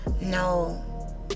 no